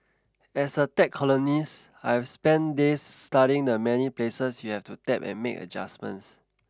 as a tech columnist I've spent days studying the many places you have to tap and make adjustments